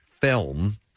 film